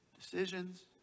decisions